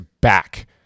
back